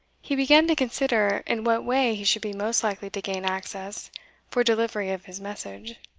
he began to consider in what way he should be most likely to gain access for delivery of his message